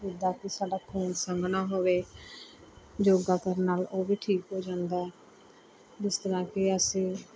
ਜਿੱਦਾਂ ਕਿ ਸਾਡਾ ਖੂਨ ਸੰਘਣਾ ਹੋਵੇ ਯੋਗਾ ਕਰਨ ਨਾਲ ਉਹ ਵੀ ਠੀਕ ਹੋ ਜਾਂਦਾ ਹੈ ਜਿਸ ਤਰ੍ਹਾਂ ਕਿ ਅਸੀਂ